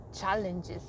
challenges